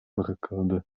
bırakıldı